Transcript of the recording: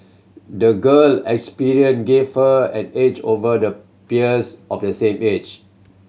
the girl experience gave her an edge over her peers of the same age